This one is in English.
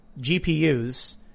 GPUs